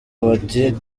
ati